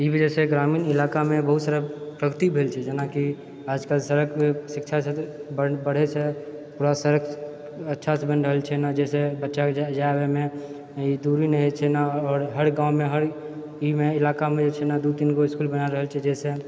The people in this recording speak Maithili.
ई वजहसँ ग्रामीण इलाकामे बहुत सारा प्रगति भेल छै जेनाकि आजकल सड़क वऽ शिक्षा क्षेत्र बढ़ बढ़ै छै पूरा सड़क अच्छासँ बनि रहल छै ने जाहिसँ बच्चाके जे जाइ अबैमे ई दूरी नहि होइत छै ने आओर हर गाँवमे हर ई मे इलाकामे जे छै ने दू तीनगो इसकुल बनि रहल छै जहिसँ